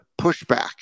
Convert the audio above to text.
pushback